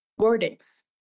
wordings